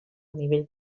nivell